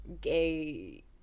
gay